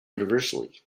universally